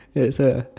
that's why ah